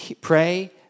pray